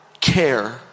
care